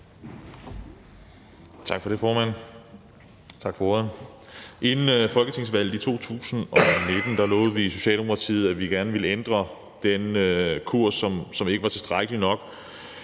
Tak for ordet, formand. Inden folketingsvalget i 2019 lovede vi i Socialdemokratiet, at vi gerne ville ændre den kurs, som den tidligere